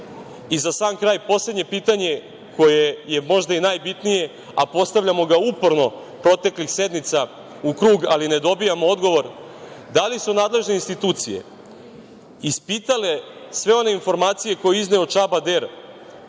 sam kraj poslednje pitanje koje je možda i najbitnije, postavljamo ga uporno proteklih sednica u krug, ali ne dobijamo odgovor, da li su nadležne institucije ispitale sve one informacije koje je izneo Čaba Der